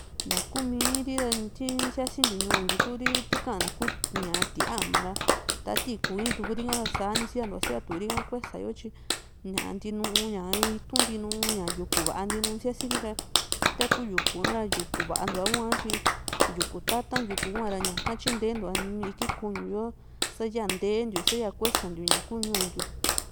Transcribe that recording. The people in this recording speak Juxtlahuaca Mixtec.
ntakumi ri ti siasintiu ñuu ndiu tii ka´na ku tía´ma ra nta tiku ii´turi kara sani siantua siatuuri ka kuesa tyi ña ntinu itu´n ntinu ña yuku va´a síasiri ra taku yuku ara yuku va´antua hua tyi yuku tata´n yuku hua ra ñaka tyintentua iki kuñue sa ya nteentiu sa´ya kuesa ntiu ña kuu ñuu ntiu.